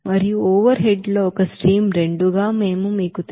మరియు overhead లో ఒక స్ట్రీమ్ రెండు గా మేము మీకు తెలుసు 63